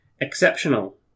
Exceptional